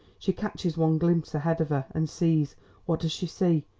she catches one glimpse ahead of her, and sees what does she see?